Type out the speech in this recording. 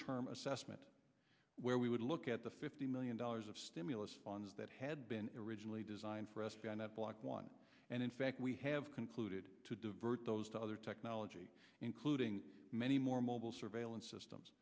term assessment where we would look at the fifty million dollars of stimulus funds that had been regionally designed for s v n at block one and in fact we have concluded to divert those to other technology including many more mobile surveillance systems